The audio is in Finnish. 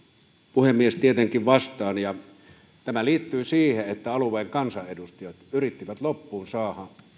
puhemies tietenkin vastaan tämä liittyy siihen että alueen kansanedustajat yrittivät